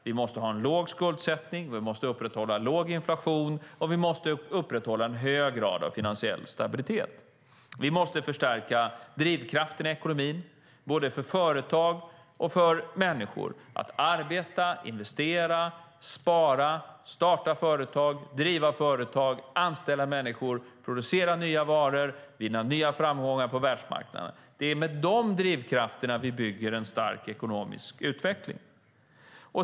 Vi måste ha en låg skuldsättning, vi måste upprätta låg inflation och vi måste upprätthålla en hög grad av finansiell stabilitet. Vi måste förstärka drivkrafterna i ekonomin både för företag och för människor att arbeta, investera, spara, starta företag, driva företag, anställa människor, producera nya varor och vinna nya framgångar på världsmarknaden. Det är med de drivkrafterna vi bygger en stark ekonomisk utveckling.